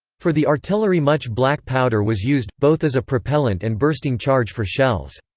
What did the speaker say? for the artillery much black powder was used, both as a propellent and bursting charge for shells.